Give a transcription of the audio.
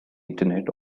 internet